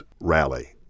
rally